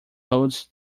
holds